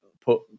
put